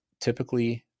typically